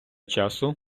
часу